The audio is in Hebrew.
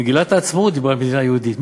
מגילת העצמאות דיברה על מדינה יהודית.